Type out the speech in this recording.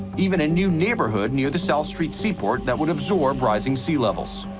even a new neighborhood near the south street seaport that would absorb rising sea levels.